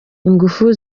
ingufu